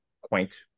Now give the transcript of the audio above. quaint